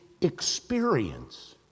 experience